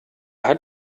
hat